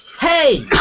hey